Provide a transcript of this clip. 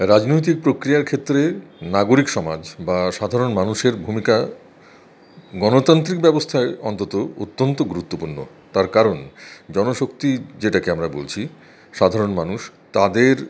রাজনৈতিক প্রক্রিয়ার ক্ষেত্রে নাগরিক সমাজ বা সাধারণ মানুষের ভূমিকা গণতান্ত্রিক ব্যবস্থায় অন্তত অত্যন্ত গুরুত্বপূর্ণ তার কারণ জনশক্তি যেটাকে আমরা বলছি সাধারণ মানুষ তাদের